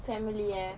family eh